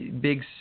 big